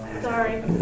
Sorry